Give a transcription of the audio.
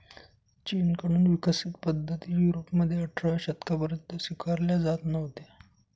चीन कडून विकसित पद्धती युरोपमध्ये अठराव्या शतकापर्यंत स्वीकारल्या जात नव्हत्या